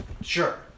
Sure